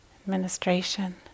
administration